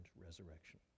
resurrection